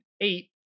eight